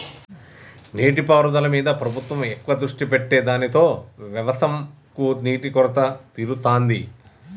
నీటి పారుదల మీద ప్రభుత్వం ఎక్కువ దృష్టి పెట్టె దానితో వ్యవసం కు నీటి కొరత తీరుతాంది